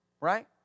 Right